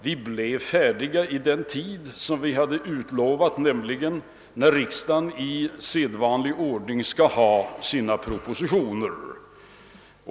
Vi blev färdiga inom den tid vi hade utlovat, nämligen när riksdagen i sedvanlig ordning skall ha sina propositioner.